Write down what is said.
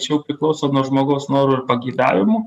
čia jau priklauso nuo žmogaus norų ir pageidavimų